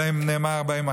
אלא אם כן נאמר אחרת.